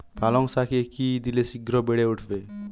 পালং শাকে কি দিলে শিঘ্র বেড়ে উঠবে?